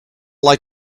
like